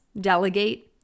delegate